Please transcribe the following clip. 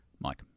Mike